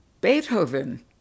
Beethoven